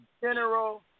general